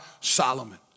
Solomon